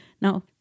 Now